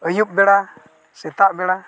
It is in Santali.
ᱟᱹᱭᱩᱵ ᱵᱮᱲᱟ ᱥᱮᱛᱟᱜ ᱵᱮᱲᱟ